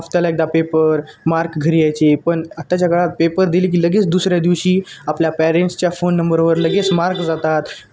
हफ्त्याला एकदा paper mark घरी यायायचे पण आत्ताच्या काळात पेपर दिली की लगेच दुसऱ्या दिवशी आपल्या पेरेंट्सच्या फोन नंबर वर लगेच मार्क जातात